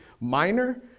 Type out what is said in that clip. minor